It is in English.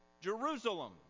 Jerusalem